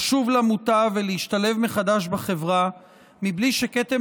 לשוב למוטב ולהשתלב מחדש בחברה בלי שכתם